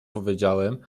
powiedziałem